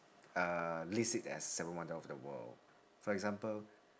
uh list it as seven wonder of the world for example